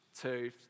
Two